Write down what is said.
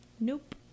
nope